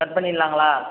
cut பண்ணிடலாங்களா